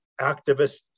activists